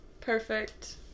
Perfect